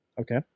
Okay